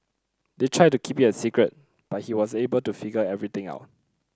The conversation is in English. they tried to keep it a secret but he was able to figure everything out